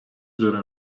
üzere